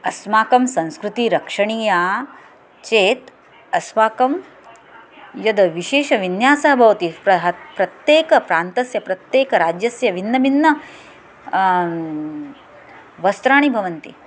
अस्माकं संस्कृतिः रक्षणीया चेत् अस्माकं यद् विशेषः विन्यासः भवति प्रह प्रत्येक प्रान्तस्य प्रत्येक राज्यस्य भिन्नभिन्न वस्त्राणि भवन्ति